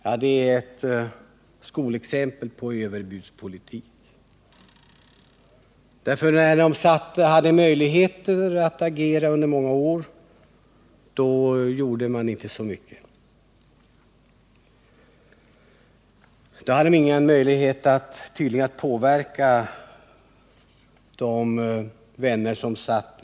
Detta är ett skolexempel på överbudspolitik. När socialdemokraterna under många år Nr 104 hade möjligheter att agera gjorde man ingenting, man hade tydligen inga Torsdagen den möjligheter att påverka sina partivänner i kanslihuset.